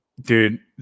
dude